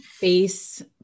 base